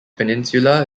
peninsula